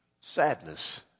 sadness